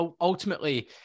Ultimately